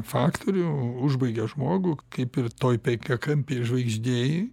faktorių užbaigia žmogų kaip ir toj penkiakampėj žvaigždėj